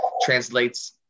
translates